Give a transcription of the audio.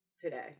today